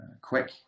quick